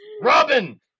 Robin